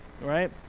right